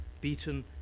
beaten